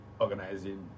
organizing